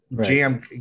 jam –